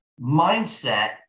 mindset